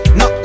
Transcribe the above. no